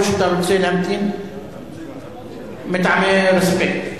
או שאתה רוצה להמתין מטעמי רספקט?